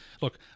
look